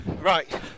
Right